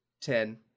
ten